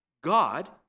God